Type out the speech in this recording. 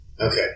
Okay